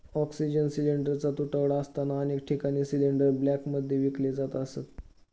oxygen सिलिंडरचा तुटवडा असताना अनेक ठिकाणी सिलिंडर ब्लॅकमध्ये विकले जात असत